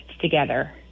together